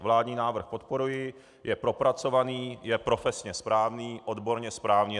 Vládní návrh podporuji, je propracovaný, je profesně správný, odborně správný.